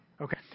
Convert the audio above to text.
okay